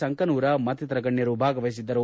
ಸಂಕನೂರ ಮತ್ತಿತರ ಗಣ್ಯರು ಭಾಗವಹಿಸಿದ್ದರು